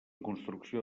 construcció